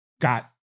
got